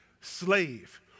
slave